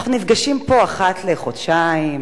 אנחנו נפגשים פה אחת לחודשיים,